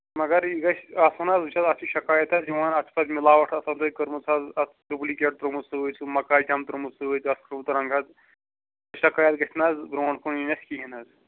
مگر یہِ گژھِ آسُن حظ وُچھ حظ اَتھ چھِ شکایت حظ یِوان اَتھ چھُ پتہٕ مِلاوَٹھ آسان تۄہہِ کٔرمٕژ حظ اَتھ ڈُپلِکیٹ ترٛوومُت سۭتۍ سُہ مکاے ٹَم ترٛوومُت سۭتۍ اَتھ تھوٚومُت رنٛگ حظ سُہ شکایت گژھِ نہٕ حظ برٛونٛٹھ کُن یِنۍ اَسہِ کِہیٖنٛۍ حظ